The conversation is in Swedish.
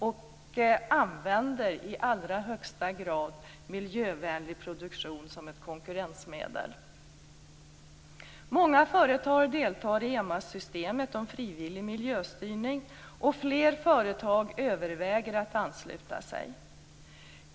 Man använder i allra högsta grad miljövänlig produktion som ett konkurrensmedel. Många företag deltar i EMAS-systemet om frivillig miljöstyrning, och fler företag överväger att ansluta sig.